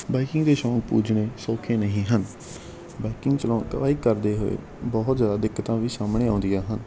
biking ਦੇ ਸ਼ੌਂਕ ਪੂਜਣੇ ਸੌਖੇ ਨਹੀਂ ਹਨ ਬਾਈਕਿੰਗ ਚਲਾਅ ਬਾਈਕ ਕਰਦੇ ਹੋਏ ਬਹੁਤ ਜ਼ਿਆਦਾ ਦਿੱਕਤਾਂ ਵੀ ਸਾਹਮਣੇ ਆਉਂਦੀਆਂ ਹਨ